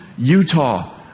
Utah